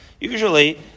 Usually